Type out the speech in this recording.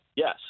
Yes